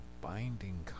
binding